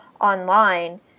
online